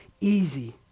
easy